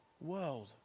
world